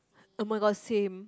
oh-my-god same